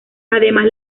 además